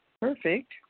perfect